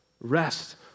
Rest